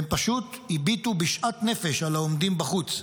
הם פשוט הביטו בשאט נפש על עומדים בחוץ.